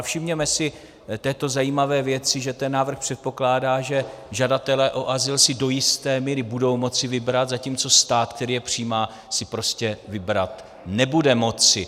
Všimněme si zajímavé věci, že ten návrh předpokládá, že žadatelé o azyl si do jisté míry budou moci vybrat, zatímco stát, který je přijímá, si prostě vybrat nebude moci.